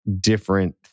different